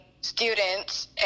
students